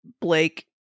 Blake